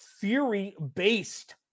theory-based